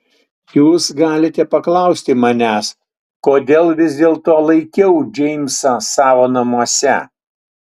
jūs galite paklausti manęs kodėl vis dėlto laikiau džeimsą savo namuose